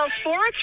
Sports